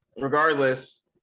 regardless